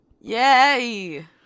yay